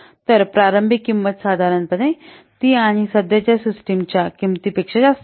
तर प्रारंभिक किंमत साधारणपणे ती आणि सध्याच्या सिस्टमच्या किंमतीपेक्षा जास्त असेल